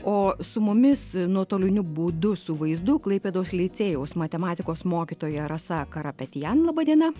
o su mumis nuotoliniu būdu su vaizdu klaipėdos licėjaus matematikos mokytoja rasa karapetian laba diena